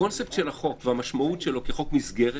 הקונספט של החוק והמשמעות שלו כחוק מסגרת